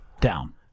down